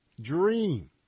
dream